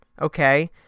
okay